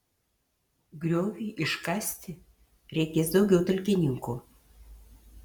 grioviui iškasti reikės daugiau talkininkų